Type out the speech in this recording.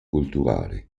culturale